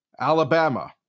Alabama